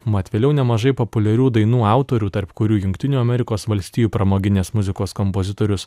mat vėliau nemažai populiarių dainų autorių tarp jungtinių amerikos valstijų pramoginės muzikos kompozitorius